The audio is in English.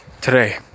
today